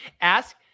Ask